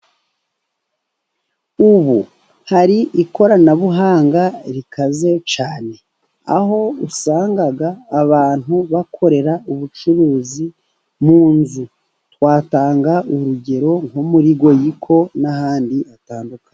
Ubu hari ikoranabuhanga rikaze cyane, aho usanga abantu bakorera ubucuruzi mu nzu. Twatanga urugero nko muri Goyiko n’ahandi hatandukanye.